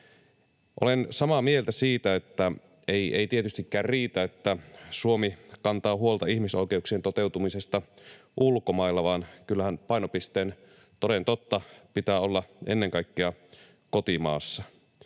Olen samaa mieltä siitä, että ei tietystikään riitä, että Suomi kantaa huolta ihmisoikeuksien toteutumisesta ulkomailla, vaan kyllähän painopisteen toden totta pitää olla ennen kaikkea kotimaassa.